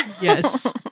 Yes